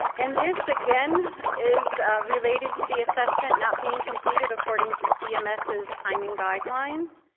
and this again is related to the assessment not being completed according to cms's timing guidelines.